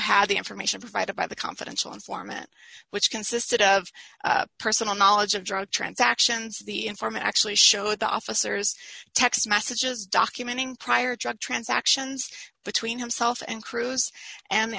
had the information provided by the confidential informant which consisted of personal knowledge of drug transactions the informant actually showed the officers text messages documenting prior drug transactions between himself and cruz and the